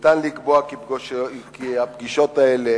אפשר לקבוע כי הפגישות האלה